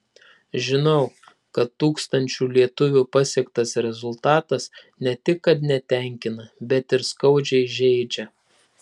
žinau kad tūkstančių lietuvių pasiektas rezultatas ne tik kad netenkina bet ir skaudžiai žeidžia